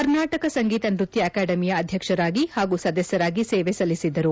ಕರ್ನಾಟಕ ಸಂಗೀತ ನೃತ್ಯ ಅಕಾಡಮಿಯ ಅಧ್ಯಕ್ಷರಾಗಿ ಹಾಗೂ ಸದಸ್ಯರಾಗಿ ಸೇವೆ ಸಲ್ಲಿಸಿದರು